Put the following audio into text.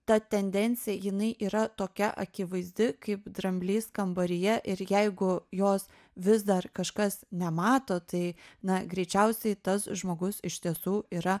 ta tendencija jinai yra tokia akivaizdi kaip dramblys kambaryje ir jeigu jos vis dar kažkas nemato tai na greičiausiai tas žmogus iš tiesų yra